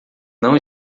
não